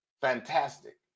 fantastic